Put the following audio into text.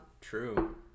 True